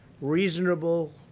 reasonable